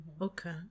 okay